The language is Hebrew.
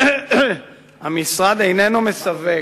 המשרד איננו מסווג